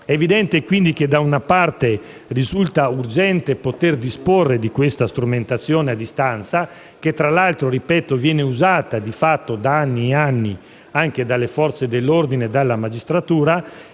È evidente, quindi, che da una parte risulta urgente poter disporre di questa strumentazione a distanza, che tra l'altro viene usata di fatto da anni e anni anche dalle Forze dell'ordine e dalla magistratura,